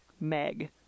Meg